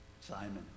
Simon